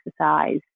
exercise